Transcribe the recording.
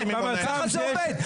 ככה זה עובד,